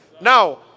Now